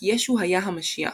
כי ישו היה המשיח.